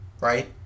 right